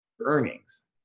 earnings